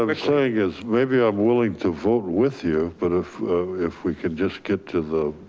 i'm saying is maybe i'm willing to vote with you, but if if we could just get to the.